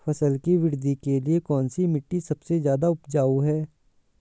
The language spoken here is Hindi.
फसल की वृद्धि के लिए कौनसी मिट्टी सबसे ज्यादा उपजाऊ है?